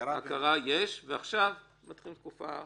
ועכשיו מתחילים בתקופה חדשה.